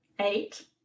Eight